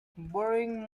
borrowing